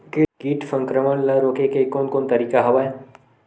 कीट संक्रमण ल रोके के कोन कोन तरीका हवय?